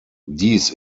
dies